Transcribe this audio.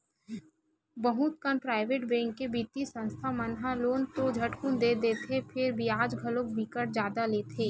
बहुत कन private bank के बित्तीय संस्था मन ह लोन तो झटकुन दे देथे फेर बियाज घलो बिकट जादा लेथे